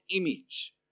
image